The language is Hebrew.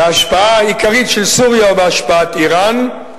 בהשפעה העיקרית של סוריה ובהשפעת אירן,